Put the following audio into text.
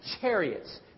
chariots